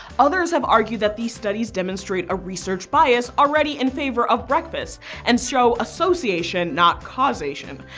others have argued that these studies demonstrate a research bias already in favor of breakfast and show association, not causation.